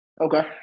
Okay